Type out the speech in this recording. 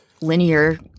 linear